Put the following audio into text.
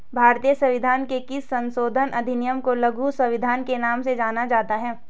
भारतीय संविधान के किस संशोधन अधिनियम को लघु संविधान के नाम से जाना जाता है?